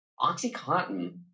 OxyContin